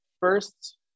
first